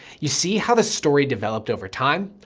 you see how the story developed over time?